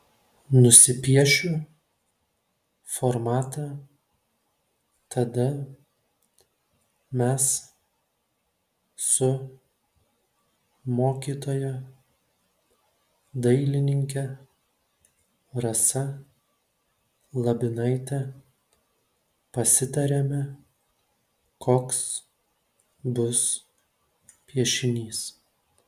nusipiešiu formatą tada mes su mokytoja dailininke rasa labinaite pasitariame koks bus piešinys